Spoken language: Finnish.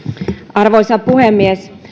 arvoisa puhemies